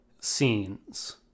scenes